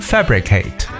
Fabricate